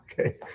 Okay